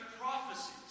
prophecies